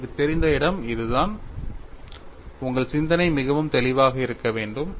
உங்களுக்குத் தெரிந்த இடம் இதுதான் உங்கள் சிந்தனை மிகவும் தெளிவாக இருக்க வேண்டும்